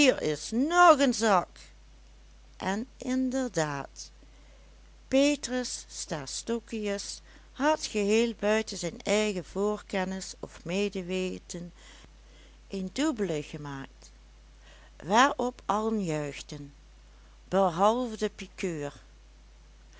is ng een zak en inderdaad petrus stastokius had geheel buiten zijn eigen voorkennis of medeweten een doublé gemaakt waarop allen juichten behalve de pikeur